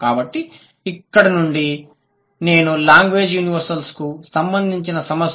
కాబట్టి ఇక్కడ నుండి నేను లాంగ్వేజ్ యూనివెర్సల్స్ కు సంబంధించిన సమస్యలను తీసుకోబోతున్నాను లేదా మాట్లాడబోతున్నాను